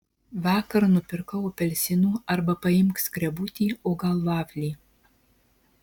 vakar nupirkau apelsinų arba paimk skrebutį o gal vaflį